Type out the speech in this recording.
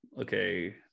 okay